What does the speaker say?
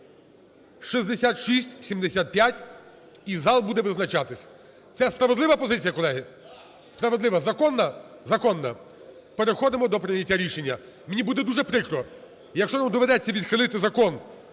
6675, і зал буде визначатись. Це справедлива позиція, колеги? Справедлива. Законна? Законна. Переходимо до прийняття рішення. Мені буде дуже прикро, якщо нам доведеться відхилити Закон